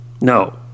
No